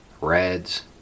reds